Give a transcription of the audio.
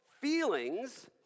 feelings